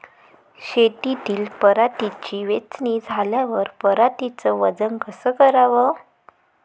शेतातील पराटीची वेचनी झाल्यावर पराटीचं वजन कस कराव?